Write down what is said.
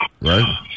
right